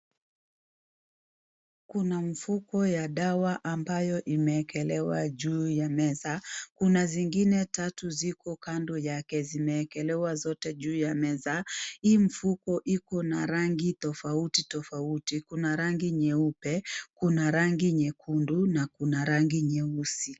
Kuna mfuko ya dawa ambayo imeekelewa juu ya meza, kuna zingine tatu ziko kando yake zimeekelewa zote juu ya meza, hii mfuko iko na rangi tofautitofauti, kuna rangi nyeupe, kuna rangi nyekundu na kuna rangi nyeusi.